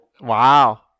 Wow